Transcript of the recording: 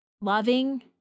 loving